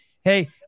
Hey